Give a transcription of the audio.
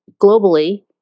globally